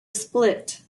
split